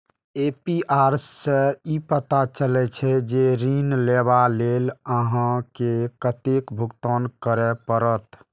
APR सं ई पता चलै छै, जे ऋण लेबा लेल अहां के कतेक भुगतान करय पड़त